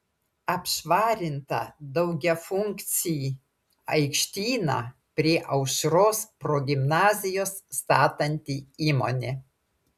apšvarinta daugiafunkcį aikštyną prie aušros progimnazijos statanti įmonė